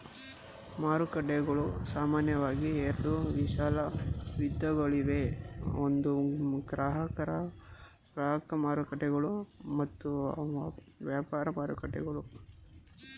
ಮಾರುಕಟ್ಟೆಗಳು ಸಾಮಾನ್ಯವಾಗಿ ಎರಡು ವಿಶಾಲ ವಿಧಗಳಿವೆ ಒಂದು ಗ್ರಾಹಕ ಮಾರುಕಟ್ಟೆಗಳು ಮತ್ತು ವ್ಯಾಪಾರ ಮಾರುಕಟ್ಟೆಗಳು